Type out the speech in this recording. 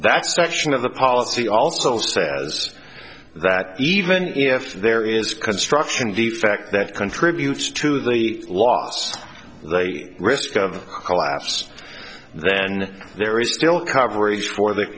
that section of the policy also says that even if there is construction defect that contributes to the loss they risk of collapse then there is still coverage for